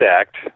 Act